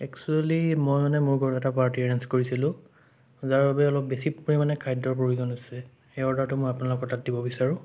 এক্সোৱেলী মই মানে মোৰ ঘৰত এটা পাৰ্টিৰ এৰেঞ্জ কৰিছিলোঁ যাৰ বাবে অলপ বেছি পৰিমাণে খাদ্যৰ প্ৰয়োজন হৈছে সেই অৰ্ডাৰটি মই আপোনালোকৰ তাত দিব বিচাৰোঁ